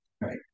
right